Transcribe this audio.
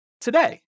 today